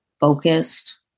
focused